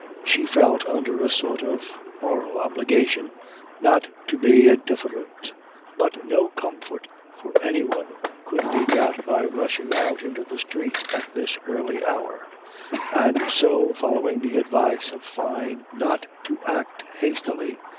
she felt under a sort of moral obligation not to be indifferent. but no comfort for anyone could be got by rushing out into the street at this early hour and so, following the advice of fyne not to act hastily,